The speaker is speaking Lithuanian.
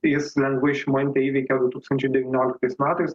jis lengvai šimonytę įveikė du tūkstančiai devynioliktais metais